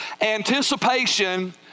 Anticipation